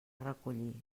recollir